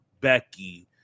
Becky